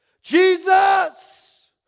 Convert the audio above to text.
jesus